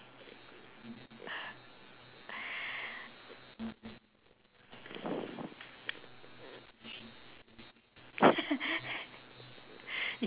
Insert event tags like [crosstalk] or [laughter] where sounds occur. [laughs]